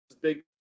big